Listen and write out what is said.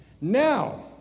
Now